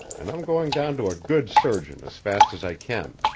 and i'm going down to a good surgeon as fast as i can.